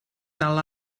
dal